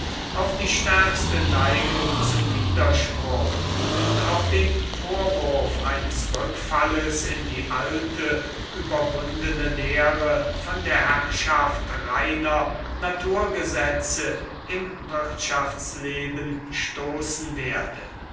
auf die stärkste neigung zum widerspruch und auf den vorwurf eines rückfalles in die alte überwundene lehre von der herrschaft reiner naturgesetze im wirtschaftsleben stoßen werde